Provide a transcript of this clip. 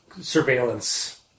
surveillance